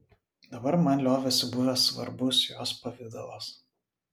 dabar man liovėsi buvęs svarbus jos pavidalas